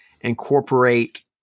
incorporate